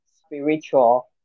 spiritual